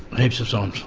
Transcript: heaps of so um